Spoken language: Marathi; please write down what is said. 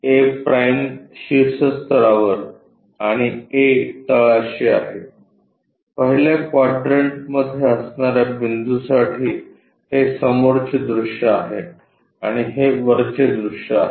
a' शीर्ष स्तरावर आणि a तळाशी आहे पहिल्या क्वाड्रंटमध्ये असणाऱ्या बिंदूसाठी हे समोरचे दृश्य आहे आणि हे वरचे दृश्य आहे